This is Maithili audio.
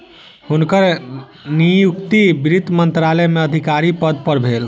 हुनकर नियुक्ति वित्त मंत्रालय में अधिकारी पद पर भेल